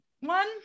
one